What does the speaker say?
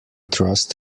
trust